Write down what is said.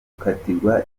gukatirwa